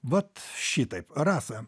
vat šitaip rasa